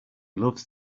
loves